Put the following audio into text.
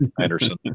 Anderson